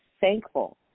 Thankful